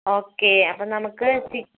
okay അപ്പോൾ നമുക്ക് ചി